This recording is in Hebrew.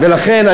ולכן,